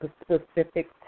specific